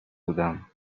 بودم